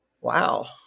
Wow